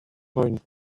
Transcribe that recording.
point